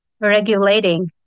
regulating